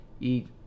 eat